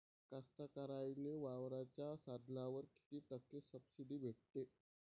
कास्तकाराइले वावराच्या साधनावर कीती टक्के सब्सिडी भेटते?